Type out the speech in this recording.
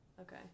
okay